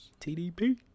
TDP